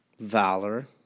Valor